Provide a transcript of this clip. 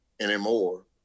Anymore